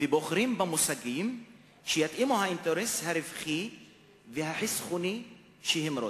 והם בוחרים במושגים שיתאימו לאינטרס הרווחי והחסכוני שהם רוצים.